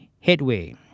headway